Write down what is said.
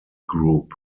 group